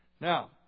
Now